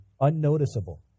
unnoticeable